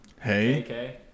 Hey